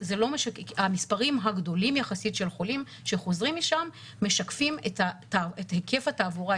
המספרים הגדולים יחסית של חולים שחוזרים משם משקפים את היקף התעבורה,